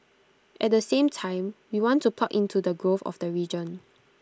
at the same time we want to plug into the growth of the region